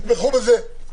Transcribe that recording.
תתמכו בזה.